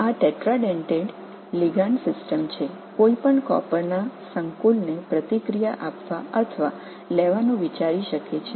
இவை tetradentate ligand அமைப்பு ஒரு காப்பர் காம்ப்ளெக்ஸ் எதிர்வினையாற்றுவது அல்லது எடுத்துக்கொள்வது பற்றி ஒருவர் நினைக்கலாம்